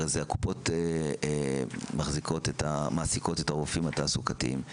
הרי הקופות מעסיקות את הרופאים התעסוקתיים.